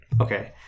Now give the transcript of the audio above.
Okay